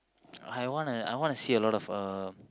I wanna I wanna see a lot of uh